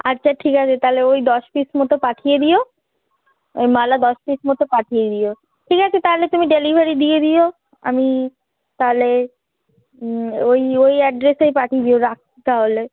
আচ্ছা ঠিক আছে তাহলে ওই দশ পিস মত পাঠিয়ে দিও ওই মালা দশ পিস মত পাঠিয়ে দিও ঠিক আছে তাহলে তুমি ডেলিভারি দিয়ে দিও আমি তাহলে ওই ওই অ্যাড্রেসেই পাঠিয়ে দিও রাখছি তাহলে